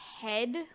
head